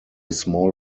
small